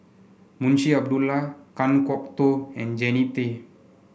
Munshi Abdullah Kan Kwok Toh and Jannie Tay